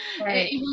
right